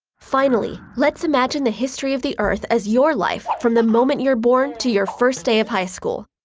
finally, let's imagine the history of the earth as your life from the moment you're born to your first day of high school.